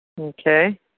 Okay